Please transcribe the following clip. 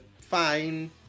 fine